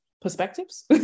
perspectives